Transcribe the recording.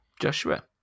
Joshua